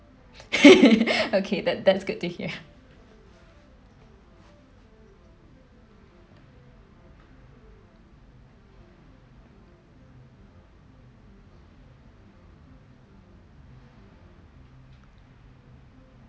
okay that that's good to hear